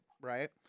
right